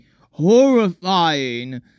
horrifying